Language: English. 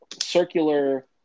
circular –